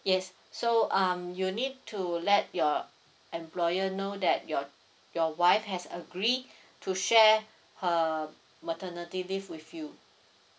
yes so um you need to let your employer know that your your wife has agree to share her maternity leave with you